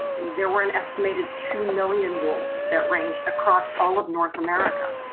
there were an estimated two million wolves that ranged across all of north america,